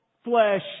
Flesh